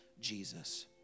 Jesus